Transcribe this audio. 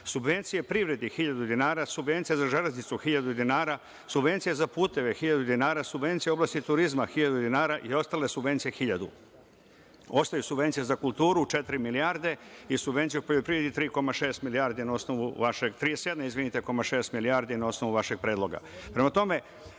subvencije privredi hiljadu dinara, subvencije za „Železnicu“ hiljadu dinara, subvencija za puteve hiljadu dinara, subvencija u oblasti turizma hiljadu dinara i ostale subvencije hiljadu. Ostaju subvencije za kulturu četiri milijarde i subvencije u poljoprivredi 37,6 milijardi na osnovu vašeg predloga. Prema